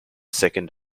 second